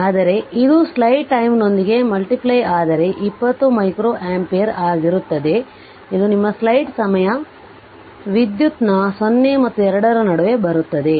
ಆದರೆ ಇದು slide time ನೊಂದಿಗೆ ಮಲ್ಟಿಪ್ಲೈ ಆದರೆ 20 ಮೈಕ್ರೋ ಆಂಪಿಯರ್ ಆಗಿರುತ್ತದೆ ಇದು ನಿಮ್ಮ ಸ್ಲೈಡ್ ಸಮಯ ವಿದ್ಯುತ್ನ 0 ಮತ್ತು 2 ರ ನಡುವೆ ಬರುತ್ತದೆ